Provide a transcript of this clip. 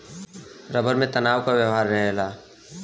rubber में तनाव क व्यवहार रहेला